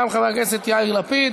גם חבר הכנסת יאיר לפיד